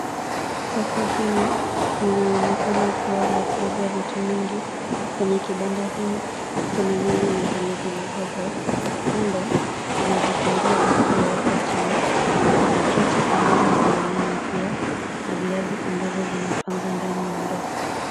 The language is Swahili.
Soko hili linaonekana la kuuza vitu vingi. Kwenye kibanda hii kuna nyanya na pilipili hoho. Kando kuna vitunguu vilivyowekwa chini. Kuna kreti ambazo zina nyanya pia na viazi ambazo zimepangwa ndani ya ndoo.